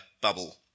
bubble